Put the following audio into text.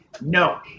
No